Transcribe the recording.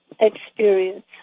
experience